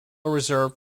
reserved